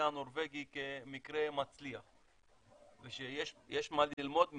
הנורבגי כמקרה מצליח ושיש מה ללמוד מהם,